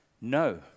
no